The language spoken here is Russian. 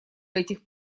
этих